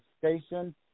station